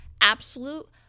absolute